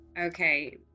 Okay